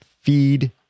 feed